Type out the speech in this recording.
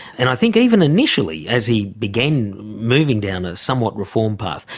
and i think even initially, as he began moving down a somewhat reform path,